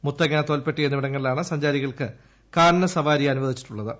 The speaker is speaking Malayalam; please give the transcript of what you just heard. മുത്തങ്ങ തോൽപ്പെട്ടി എന്നിവിടങ്ങളിലാണ് സഞ്ചാരികൾക്ക് കാനന സവാരി അനുവദിച്ചിട്ടുള്ളത്